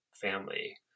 family